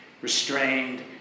restrained